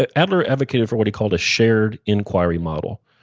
ah adler advocated for what he called a shared inquiry model.